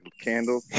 candle